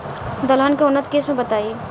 दलहन के उन्नत किस्म बताई?